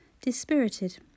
Dispirited